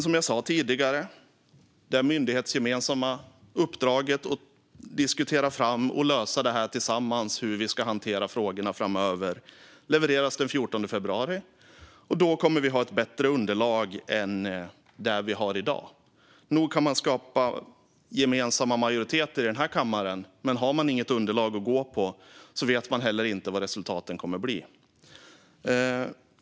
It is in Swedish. Som jag sa tidigare: Resultatet av det myndighetsgemensamma uppdraget att diskutera fram och tillsammans lösa hur dessa frågor ska hanteras framöver ska levereras den 14 februari. Då kommer vi att ha ett bättre underlag än det vi har i dag. Nog kan man skapa gemensamma majoriteter i den här kammaren, men har man inget underlag att gå på vet man heller inte vad resultaten kommer att bli.